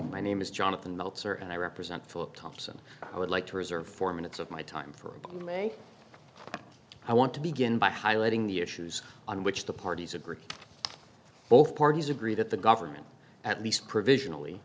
my name is jonathan meltzer and i represent philip thompson i would like to reserve four minutes of my time for may i want to begin by highlighting the issues on which the parties agree both parties agree that the government at least provisionally